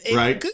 right